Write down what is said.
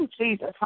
Jesus